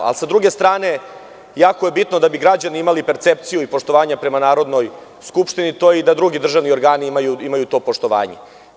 S druge strane jako je bitno da bi građani imali percepciju i poštovanje prema Narodnoj skupštini, to je da i drugi državni organi imaju to poštovanje.